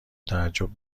تعجب